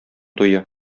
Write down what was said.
туе